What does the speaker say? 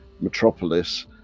metropolis